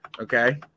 Okay